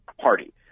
party